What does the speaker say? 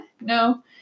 no